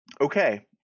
Okay